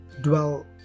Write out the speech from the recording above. dwell